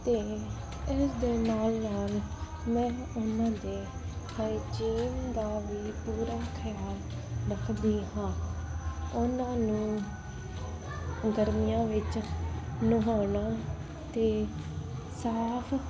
ਅਤੇ ਇਸ ਦੇ ਨਾਲ ਨਾਲ ਮੈਂ ਉਹਨਾਂ ਦੇ ਹਾਈਜੀਨ ਦਾ ਵੀ ਪੂਰਾ ਖਿਆਲ ਰੱਖਦੀ ਹਾਂ ਉਹਨਾਂ ਨੂੰ ਗਰਮੀਆਂ ਵਿੱਚ ਨਹਾਉਣਾ ਅਤੇ ਸਾਫ਼